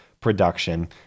production